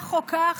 כך או כך,